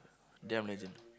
damn legend